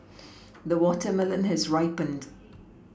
the watermelon has ripened